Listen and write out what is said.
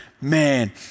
man